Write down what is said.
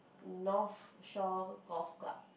North Shore Golf Club